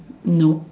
nope